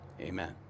Amen